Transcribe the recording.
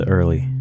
Early